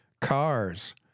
cars